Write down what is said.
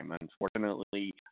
unfortunately